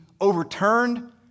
overturned